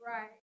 Right